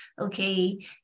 okay